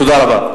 תודה רבה.